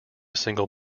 single